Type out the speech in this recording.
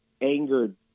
angered